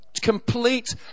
complete